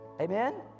amen